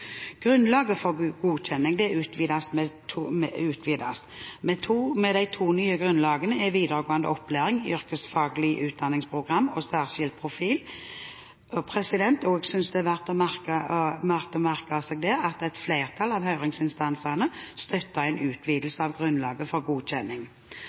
Grunnlaget for godkjenning utvides. De to nye grunnlagene er videregående opplæring i yrkesfaglige utdanningsprogram og særskilt profil. Jeg synes det er verdt å merke seg at et flertall av høringsinstansene støtter en utvidelse av grunnlaget for godkjenning.